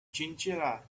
chinchilla